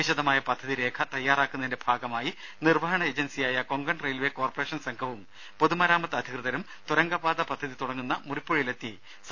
വിശദമായ പദ്ധതി രേഖ തയ്യാറാക്കുന്നതിന്റെ ഭാഗമായി നിർവഹണ ഏജൻസിയായ കൊങ്കൺ റെയിൽവേ കോർപറേഷൻ സംഘവും പൊതുമരാമത്ത് അധികൃതരും തുരങ്കപാത പദ്ധതി തുടങ്ങുന്ന മറിപ്പുഴയിലെത്തി സാധ്യതകൾ വിലയിരുത്തി